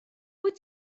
wyt